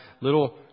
little